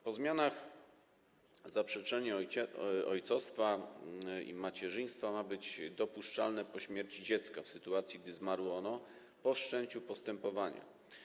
Po zmianach zaprzeczenie ojcostwa i macierzyństwa ma być dopuszczalne po śmierci dziecka, w sytuacji gdy zmarło ono po wszczęciu postępowania.